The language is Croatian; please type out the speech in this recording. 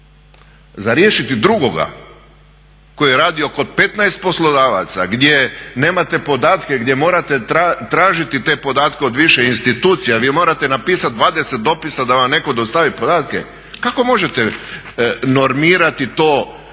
Za riješiti drugoga koji je radio kod 15 poslodavaca gdje nemate podatke, gdje morate tražiti podatke od više institucija, gdje morate napisati 20 dopisa da vam netko dostavi podatke, kako možete normirati taj